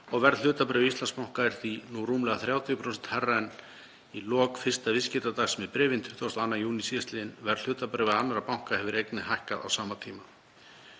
og verð hlutabréfa Íslandsbanka er því nú rúmlega 30% hærra en í lok fyrsta viðskiptadags með bréfin 22. júní síðastliðinn. Verð hlutabréfa annarra banka hefur einnig hækkað á sama tíma.